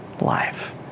life